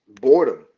boredom